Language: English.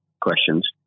questions